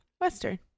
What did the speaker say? Western